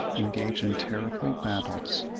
engage in terrible battles,